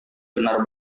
benar